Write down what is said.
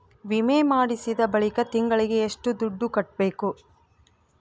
ವಿಮೆ ಮಾಡಿಸಿದ ಬಳಿಕ ತಿಂಗಳಿಗೆ ಎಷ್ಟು ದುಡ್ಡು ಕಟ್ಟಬೇಕು?